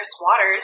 waters